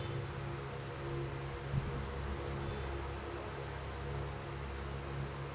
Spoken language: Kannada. ಹುಳು ನಿಯಂತ್ರಣಕ್ಕಾಗಿ ಹತ್ತ್ಯಾಗ್ ಬಳಸುವ ಬ್ಯಾರೆ ಬ್ಯಾರೆ ರೇತಿಯ ಪೋರ್ಮನ್ ಬಲೆಗಳು ಯಾವ್ಯಾವ್?